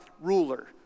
ruler